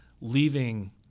leaving